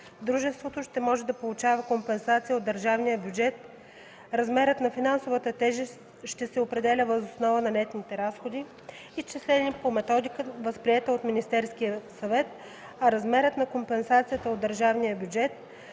дружеството ще може да получава компенсация от държавния бюджет. Размерът на финансовата тежест ще се определя въз основа на нетните разходи, изчислени по методика, приета от Министерския съвет, а размерът на компенсацията от държавния бюджет